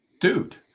Dude